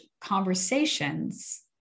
Conversations